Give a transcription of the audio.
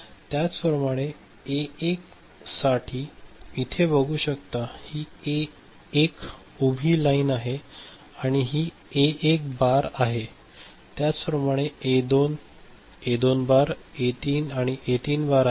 त्याचप्रमाणे A1 साठी इथे बघू शकता ही ए 1 उभी लाईन आहे आणि ही ए1 बार आहे त्याचप्रमाणे ए 2 आणि ए 2 बार ए 3 आणि ए 3 बार आहेत